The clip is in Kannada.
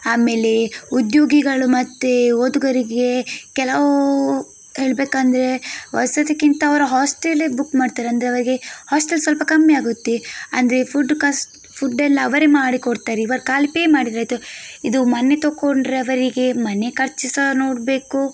ಆಮೇಲೆ ಉದ್ಯೋಗಿಗಳು ಮತ್ತು ಓದುಗರಿಗೆ ಕೆಲವೂ ಹೇಳಬೇಕಂದ್ರೆ ವಸತಿಗಿಂತ ಅವರ ಹಾಸ್ಟೆಲೆ ಬುಕ್ ಮಾಡ್ತಾರೆ ಅಂದರೆ ಅವರಿಗೆ ಹಾಸ್ಟೆಲ್ ಸ್ವಲ್ಪ ಕಮ್ಮಿ ಆಗುತ್ತೆ ಅಂದರೆ ಫುಡ್ ಕಾಸ್ಟ್ ಫುಡ್ಡೆಲ್ಲ ಅವರೆ ಮಾಡಿಕೊಡ್ತಾರೆ ಇವರ ಖಾಲಿ ಪೇ ಮಾಡಿದರೆ ಆಯಿತು ಇದು ಮನೆ ತೊಗೊಂಡ್ರೆ ಅವರಿಗೆ ಮನೆ ಖರ್ಚು ಸಹ ನೋಡಬೇಕು